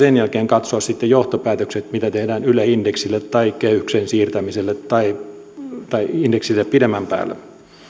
sen jälkeen katsoa johtopäätökset mitä tehdään yle indeksille tai kehykseen siirtämiselle tai tai indeksille pidemmän päälle